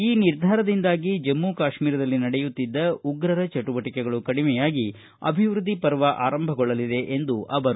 ಈ ನಿರ್ಧಾರದಿಂದಾಗಿ ಜಮ್ಮು ಕಾಶ್ಮೀರದಲ್ಲಿ ನಡೆಯುತ್ತಿದ್ದ ಉಗ್ರರ ಚಟುವಟಕೆಗಳು ಕಡಿಮೆಯಾಗಿ ಅಭಿವೃದ್ಧಿ ಪರ್ವ ಆರಂಭಗೊಳ್ಳಲಿದೆ ಎಂದರು